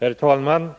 Herr talman!